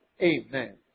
Amen